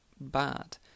bad